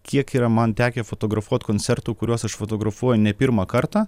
kiek yra man tekę fotografuot koncertų kuriuos aš fotografuoju ne pirmą kartą